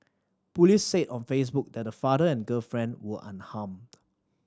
police said on Facebook that the father and girlfriend were unharmed